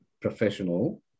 professional